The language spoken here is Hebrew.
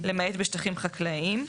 למעט בשטחים החקלאיים".